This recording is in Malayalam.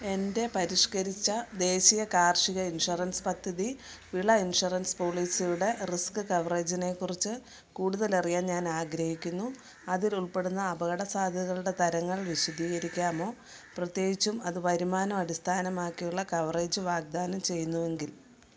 എൻ്റെ പരിഷ്കരിച്ച ദേശീയ കാർഷിക ഇൻഷുറൻസ് പദ്ധതി വിള ഇൻഷുറൻസ് പോളിസിയുടെ റിസ്ക് കവറേജിനെക്കുറിച്ച് കൂടുതലറിയാൻ ഞാനാഗ്രഹിക്കുന്നു അതിൽ ഉൾപ്പെടുന്ന അപകടസാധ്യതകളുടെ തരങ്ങൾ വിശദീകരിക്കാമോ പ്രത്യേകിച്ചും അതു വരുമാനം അടിസ്ഥാനമാക്കിയുള്ള കവറേജ് വാഗ്ദാനം ചെയ്യുന്നുവെങ്കിൽ